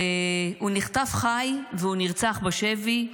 נחטף חי והוא נרצח בשבי,